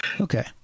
okay